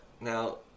Now